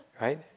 right